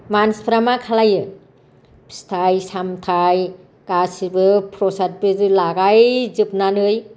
मानसिफोरा मा खालामो फिथाइ सामथाय गासैबो फ्रसाद बायदि लागाय जोबनानै